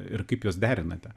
ir kaip juos derinate